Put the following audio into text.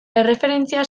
erreferentzia